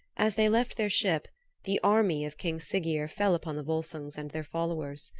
as they left their ship the army of king siggeir fell upon the volsungs and their followers.